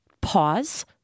pause